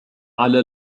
على